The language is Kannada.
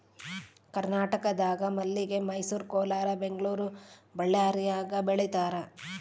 ಕರ್ನಾಟಕದಾಗ ಮಲ್ಲಿಗೆ ಮೈಸೂರು ಕೋಲಾರ ಬೆಂಗಳೂರು ಬಳ್ಳಾರ್ಯಾಗ ಬೆಳೀತಾರ